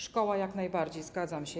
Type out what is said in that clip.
Szkoła - jak najbardziej, zgadzam się.